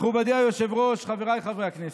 מכובדי היושב-ראש, חבריי חברי הכנסת,